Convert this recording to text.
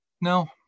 Now